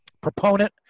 proponent